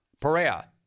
Perea